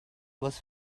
was